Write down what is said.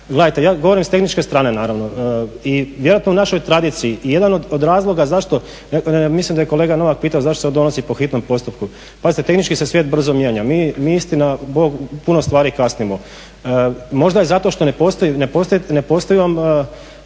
Gledajte ja govorim s tehničke strane naravno. I vjerojatno u našoj tradiciji jedan od razloga zašto, mislim da je kolega Novak pitao zašto se donosi po hitnom postupku? Pazite, tehnički se svijet brzo mijenja. Mi istina Bog u puno stvari kasnimo. Možda je zato što ne postoji